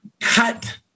cut